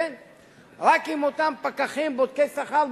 רק אם אותם פקחים בודקי שכר,